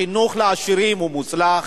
החינוך לעשירים הוא מוצלח,